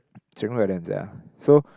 sia so